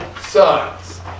sons